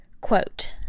Quote